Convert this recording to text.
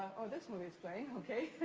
oh this one is playing, okay.